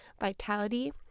vitality